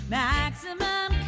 maximum